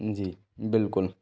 जी बिल्कुल